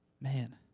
Man